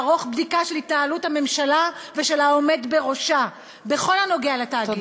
לערוך בדיקה של התנהלות הממשלה ושל העומד בראשה בכל הנוגע לתאגיד,